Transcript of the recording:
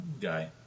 guy